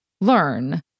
learn